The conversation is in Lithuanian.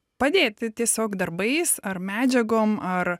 padėti tiesiog darbais ar medžiagom ar